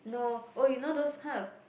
no oh you know those kind of